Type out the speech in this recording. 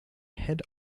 head